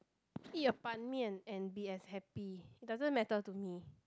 eat a ban-mian and be as happy it doesn't matter to me